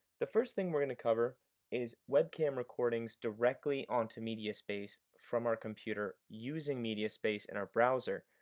the first thing we're going to cover is webcam recordings directly onto mediaspace from our computer using mediaspace in our browser.